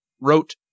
wrote